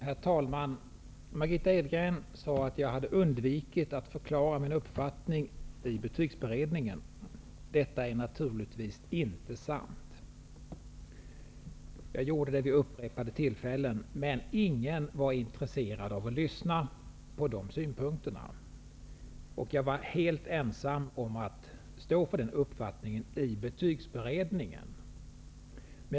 Herr talman! Margitta Edgren sade att jag hade undvikit att förklara min uppfattning i betygsberedningen. Detta är naturligtvis inte sant. Jag gjorde det vid upprepade tillfällen, men ingen var intresserad av att lyssna på de synpunkterna. Jag var helt ensam om att stå för den uppfattningen i betygsberedningen.